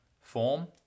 form